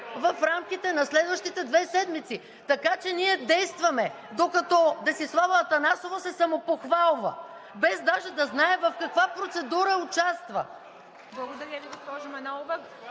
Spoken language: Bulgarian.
в рамките на следващите две седмици. Така че ние действаме, докато Десислава Атанасова се самопохвалва, без даже да знае в каква процедура участва. ПРЕДСЕДАТЕЛ ИВА МИТЕВА: